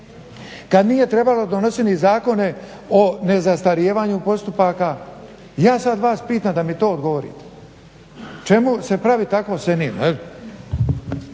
kad nije trebalo donositi ni zakone o nezastarijevanju postupaka. I ja sad vas pitam da mi to odgovorite. Čemu se praviti takvom senilnom